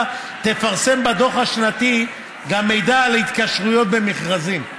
תפרסם בדוח השנתי גם מידע על התקשרויות במכרזים.